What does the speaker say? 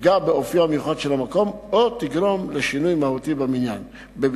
תפגע באופיו המיוחד של המקום או תגרום לשינוי מהותי בבניין.